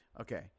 okay